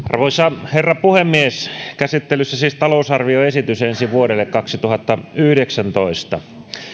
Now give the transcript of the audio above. arvoisa herra puhemies käsittelyssä on siis talousarvioesitys ensi vuodelle kaksituhattayhdeksäntoista